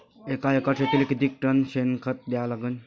एका एकर शेतीले किती टन शेन खत द्या लागन?